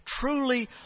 truly